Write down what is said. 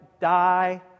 die